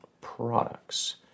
products